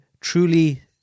truly